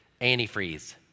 Antifreeze